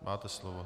Máte slovo.